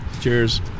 Cheers